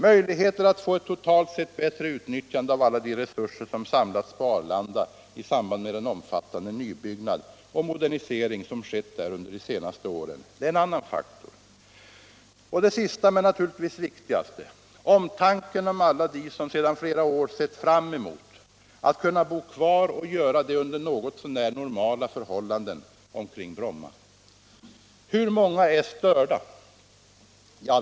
Möjligheter att få eu totalt sett bättre utnyttjande av alla de resurser som samlats på Arlanda i samband med den omfattande nybyggnad och modernisering som skett där under de senaste åren är en annan faktor. Den sista men naturligtvis viktigaste är omtanken om alla dem som sedan flera år sett fram emot att kunna bo kvar och göra det under något så när normala förhållanden omkring Bromma. Hur många är störda?